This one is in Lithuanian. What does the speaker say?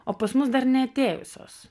o pas mus dar neatėjusios